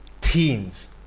teens